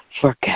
forget